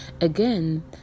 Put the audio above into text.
again